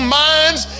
minds